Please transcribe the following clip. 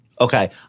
Okay